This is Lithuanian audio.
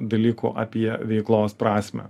dalykų apie veiklos prasmę